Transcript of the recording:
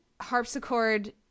harpsichord